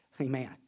Amen